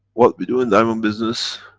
what we do in diamond business,